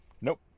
Nope